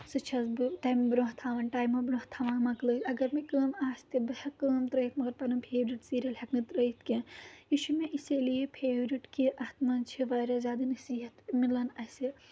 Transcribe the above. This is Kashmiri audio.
سُہ چھَس بہٕ تَمہِ برونٛہہ تھاوان ٹایمہٕ برونٛہہ تھاوان مۄکلٲیِتھ اگر مےٚ کٲم آسہِ تہِ بہٕ ہیٚکہٕ کٲم ترٛٲیِتھ مگر پَنُن فیورِٹ سیٖریل ہیٚکہٕ نہٕ ترٛٲیِتھ کینٛہہ یہِ چھُ مےٚ اِسی لیے فیورِٹ کہِ اَتھ منٛز چھِ واریاہ زیادٕ نصیٖحت مِلان اَسہِ